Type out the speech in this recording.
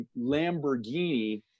Lamborghini